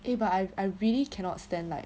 eh but I I really cannot stand like